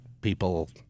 people